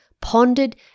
pondered